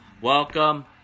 welcome